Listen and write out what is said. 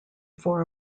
four